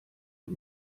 und